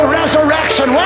resurrection